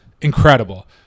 incredible